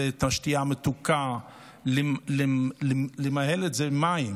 ואת השתייה המתוקה, למהול את זה במים,